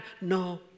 no